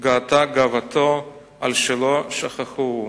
גאתה גאוותו על שלא שכחוהו.